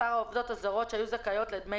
מספר העובדות הזרות שהיו זכאיות לדמי